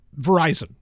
Verizon